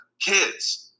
kids